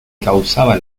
causaba